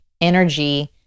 energy